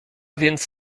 więc